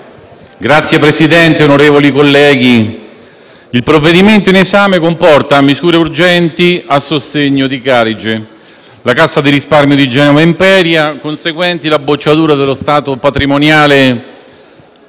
Signor Presidente, onorevoli colleghi, il provvedimento in esame comporta misure urgenti a sostegno di Carige, la Cassa di risparmio di Genova e Imperia, conseguenti alla bocciatura dello stato patrimoniale, derivata